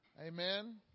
Amen